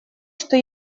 что